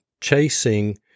chasing